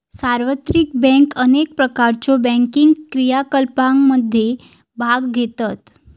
सार्वत्रिक बँक अनेक प्रकारच्यो बँकिंग क्रियाकलापांमध्ये भाग घेतत